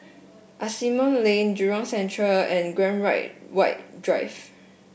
Asimont Lane Jurong Central and Graham Right White Drive